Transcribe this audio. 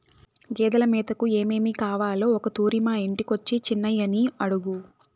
గేదెలు మేతకు ఏమేమి కావాలో ఒకతూరి మా ఇంటికొచ్చి చిన్నయని అడుగు